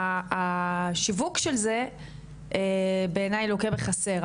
השיווק של זה בעיניי לוקה בחסר,